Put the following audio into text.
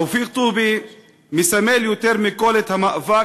תופיק טובי מסמל יותר מכול את המאבק